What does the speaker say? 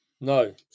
no